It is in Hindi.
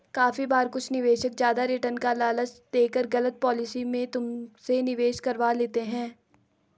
काफी बार कुछ निवेशक ज्यादा रिटर्न का लालच देकर गलत पॉलिसी में तुमसे निवेश करवा लेते हैं